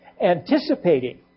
anticipating